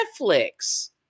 Netflix